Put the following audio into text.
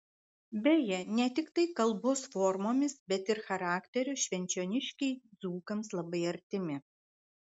beje ne tiktai kalbos formomis bet ir charakteriu švenčioniškiai dzūkams labai artimi